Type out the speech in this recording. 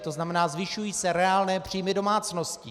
To znamená, zvyšují se reálné příjmy domácností.